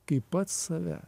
kaip pats save